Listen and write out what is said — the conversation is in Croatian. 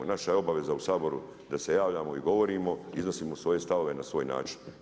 Naša je obaveza u Saboru da se javljamo i govorimo, iznosimo svoje stavove na svoj način.